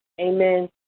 amen